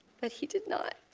but he did not.